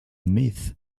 myth